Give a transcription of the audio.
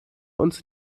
uns